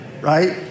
right